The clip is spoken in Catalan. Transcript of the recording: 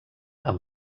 amb